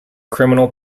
criminal